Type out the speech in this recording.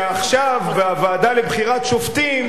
שעכשיו בוועדה לבחירת שופטים,